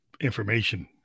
information